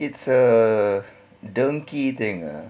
it's a dengki thing ah